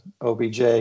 OBJ